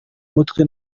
mutwe